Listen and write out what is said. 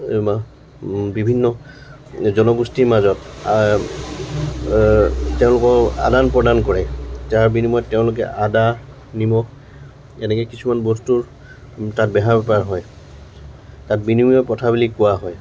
বিভিন্ন জনগোষ্ঠীৰ মাজত তেওঁলোকৰ আদান প্ৰদান কৰে যাৰ বিনিময়ত তেওঁলোকে আদা নিমখ এনেকে কিছুমান বস্তুৰ তাত বেহা বেপাৰ হয় তাত বিনিময় প্ৰথা বুলি কোৱা হয়